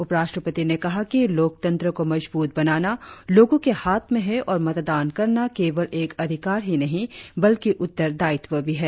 उप राष्ट्रपति ने कहा कि लोकतंत्र को मजबूत बनाना लोगों के हाथ में है और मतदान करना केवल एक अधिकार ही नहीं बल्कि उत्तरदायित्व भी है